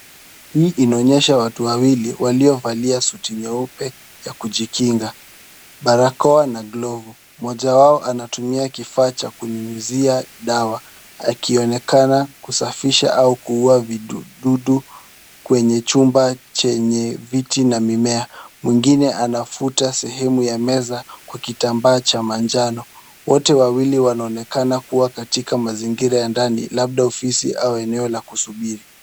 Hii inaonyesha watu wawili waliovalia suti nyeupe ya kujikinga barakoa na glavu moja wao anatumia kifaa cha kunyunyizia dawa akionekana kusafisha au kuua vidudu kwenye chumba chenye viti na mimea. Mwengine anafuta sehemu ya meza kwa kitambaa cha manjano. Wote wawili wanaonekana kuwa katika mazingira ya ndani labda ofisi au eneo la kusubiri.